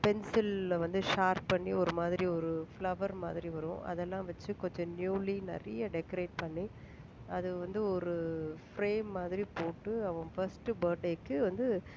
பென்சிலில் வந்து ஷார்ப் பண்ணி ஒரு மாதிரி ஒரு ஃபிளவர் மாதிரி வரும் அதெல்லாம் வச்சு கொஞ்சம் நியூலி நிறைய டெக்கரேட் பண்ணி அது வந்து ஒரு ஃபிரேம் மாதிரி போட்டு அவன் ஃபர்ஸ்ட்டு பர்த்டேக்கு வந்து